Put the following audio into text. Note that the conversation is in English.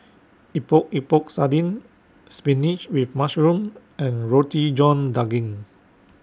Epok Epok Sardin Spinach with Mushroom and Roti John Daging